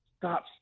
stop